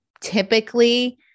typically